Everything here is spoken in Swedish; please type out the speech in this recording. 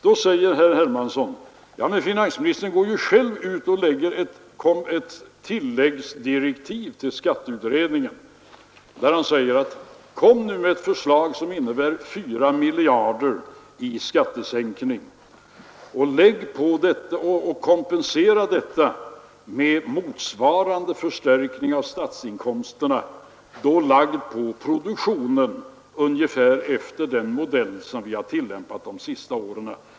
Då säger herr Hermansson: Men finansministern går ju själv ut med tilläggsdirektiv till skatteberedningen, där han säger: Lägg nu fram ett förslag som innebär 4 miljarder i skattesänkning och kompensera detta med motsvarande förstärkning av statsinkomsterna, då lagd på produktionen efter ungefär den modell som vi har tillämpat de senaste åren!